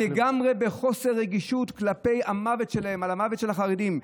"אני לגמרי בחוסר רגשות כלפי המוות שלהם" על המוות של החרדים,